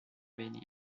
venir